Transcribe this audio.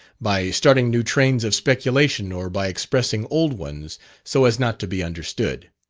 by starting new trains of speculation or by expressing old ones so as not to be understood.